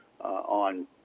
on